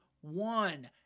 one